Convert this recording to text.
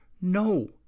No